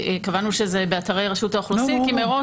קבענו שזה באתרי רשות האוכלוסין כי מראש